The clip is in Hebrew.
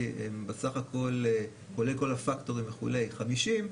הן בסך הכול כולל כל הפקטורים וכו' 50,